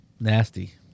nasty